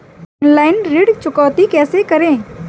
Online ऋण चुकौती कैसे करें?